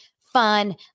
fun